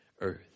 earth